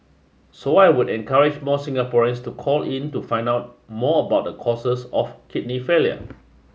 so I would encourage more Singaporeans to call in to find out more about the causes of kidney failure